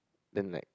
then like